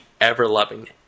ever-loving